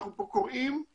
אנחנו קוראים פה